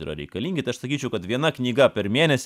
yra reikalingi tai aš sakyčiau kad viena knyga per mėnesį